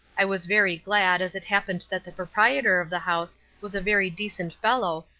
i was very glad, as it happened that the proprietor of the house was a very decent fellow,